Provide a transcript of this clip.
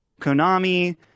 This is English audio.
Konami